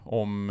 om